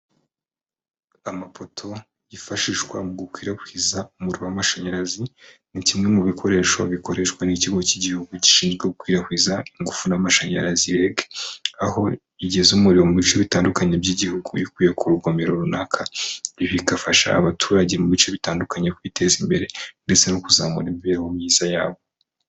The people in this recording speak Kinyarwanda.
Amapoto yifashishwa mu gukwirakwiza umuriro w'amashanyarazi ni kimwe mu bikoresho bikoreshwa n'ikigo cy'Igihugu gishinzwe gukwirakwiza ingufu n'amashanyarazi REG, aho bigeze umuriro mu bice bitandukanye by'Igihugu biwukuye ku rugomero runaka. Ibi bigafasha abaturage mu bice bitandukanye kwiteza imbere, ndetse no kuzamura imibereho myiza yabo.